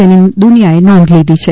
જેની દુનિયાએ નોંધ લીધી છે